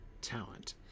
talent